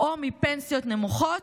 או מפנסיה נמוכות,